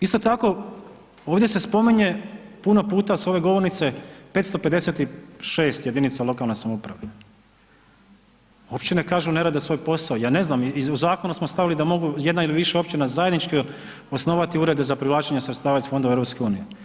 Isto tako ovdje se spominje, puno puta sa ove govornice 556 jedinica lokalne samouprave, uopće ne kažu ne rade svoj posao, ja ne znam i u zakonu smo stavili da mogu jedna ili više općina zajednički osnovati urede za privlačenje sredstava iz fondova EU.